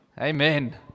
Amen